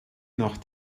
nach